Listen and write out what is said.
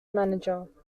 manager